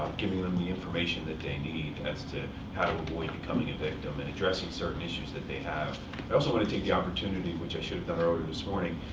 giving them the information that they need as to how to avoid becoming a victim, and addressing certain issues that they have. i also want to take the opportunity which i should have done earlier this morning,